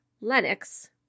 Lennox